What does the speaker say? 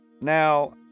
now